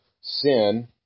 sin